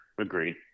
agreed